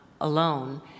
alone